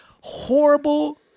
horrible